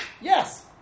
Yes